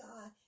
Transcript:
God